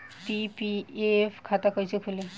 PPF खाता कैसे खुली?